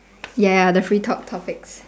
ya ya the free talk topics